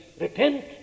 Repent